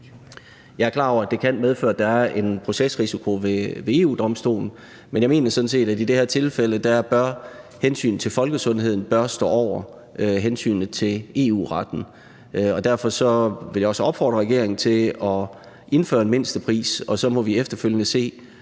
Jeg er klar over, at det kan medføre, er der en procesrisiko ved EU-Domstolen, men jeg mener sådan set, at i det her tilfælde bør hensynet til folkesundheden stå over hensynet til EU-retten, og derfor vil jeg også opfordre regeringen til at indføre en mindstepris, og så må vi efterfølgende se,